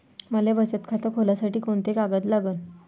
मले बचत खातं खोलासाठी कोंते कागद लागन?